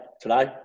today